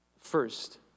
First